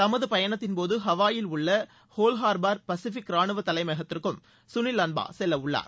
தமது பயணத்தின்போது ஹவாயில் உள்ள ஹோல்ஹார்பர் பசிபிக் ரானுவத் தலைமயகத்திற்கும் சுனில் லன்பா செல்லவுள்ளார்